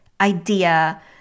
idea